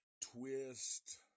twist